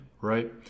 right